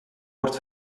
wordt